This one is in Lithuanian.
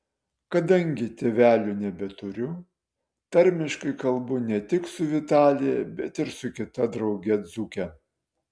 kadangi tėvelių nebeturiu tarmiškai kalbu ne tik su vitalija bet ir su kita drauge dzūke